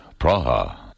Praha